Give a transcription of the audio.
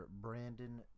Brandon